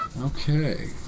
Okay